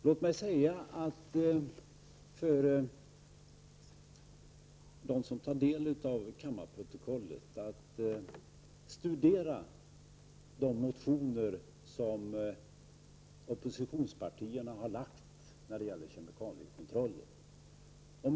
Låt mig be dem som tar del av kammarprotokollet att studera de motioner som oppositionspartierna har väckt beträffande kemikaliekontroller.